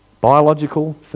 biological